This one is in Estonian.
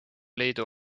liidu